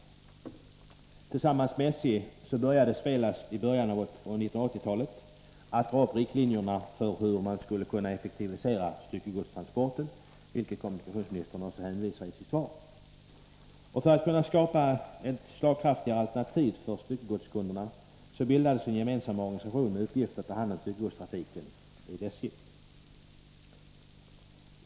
Tillsammans med SJ drog Svelast i början av 1980-talet upp riktlinjerna för hur man skulle kunna effektivisera styckegodstransporterna, vilket kommunikationsministern också redovisar i sitt svar. För att skapa ett slagkraftigare alternativ för styckegodskunderna bildades en gemensam organisation med uppgift att ta hand om styckegodstrafiken vid SJ.